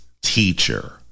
teacher